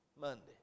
Monday